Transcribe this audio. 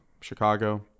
Chicago